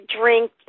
drink